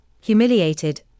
humiliated